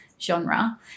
genre